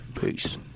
Peace